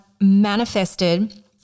manifested